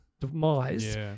demise